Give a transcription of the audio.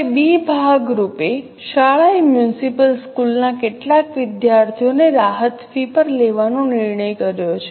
હવે બી ભાગ રૂપે શાળાએ મ્યુનિસિપલ સ્કૂલના કેટલાક વિદ્યાર્થીઓને રાહત ફી પર લેવાનો નિર્ણય કર્યો છે